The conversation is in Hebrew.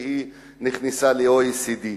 כי היא נכנסה ל-OECD.